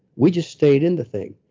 we just stayed in the thing.